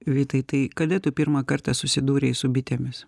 vytai tai kada tu pirmą kartą susidūrei su bitėmis